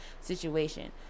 situation